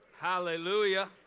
Hallelujah